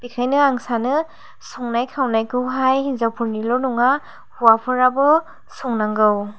बेखायनो आं सानो संनाय खावनायखौहाय हिजावफोरनिल' नङा हौवाफोराबो संनांगौ